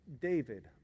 David